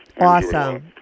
Awesome